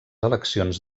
eleccions